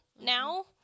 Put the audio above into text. now